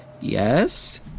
Yes